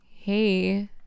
hey